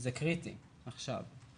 זה קריטי עכשיו.